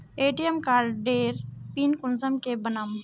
ATM कार्डेर PIN कुंसम के बनाम?